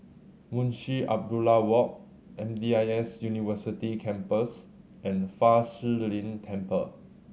Munshi Abdullah Walk M D I S University Campus and Fa Shi Lin Temple